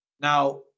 Now